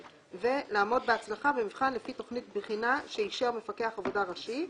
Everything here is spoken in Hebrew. ולעמוד בהצלחה במבחן לפי תוכנית בחינה שאישר מפקח עבודה ראשי.